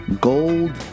Gold